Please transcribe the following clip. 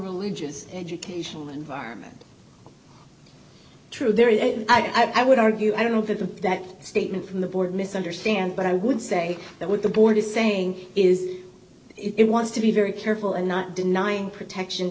religious educational environment true there is a i would argue i don't have that statement from the board misunderstand but i would say that with the board is saying is it wants to be very careful and not denying protection